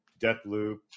Deathloop